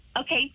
Okay